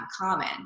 common